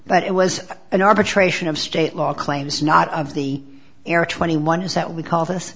but it was an arbitration of state law claims not of the air twenty one is that we call this